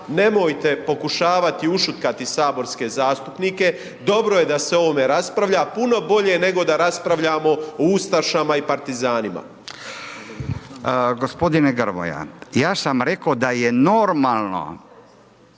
nemojte pokušavati ušutkati saborske zastupnike, dobro je da se o ovome raspravlja, puno bolje nego da raspravljamo o ustašama i partizanima. **Radin, Furio (Nezavisni)** G. Grmoja, ja sam rekao da je normalno,